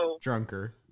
drunker